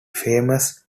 famous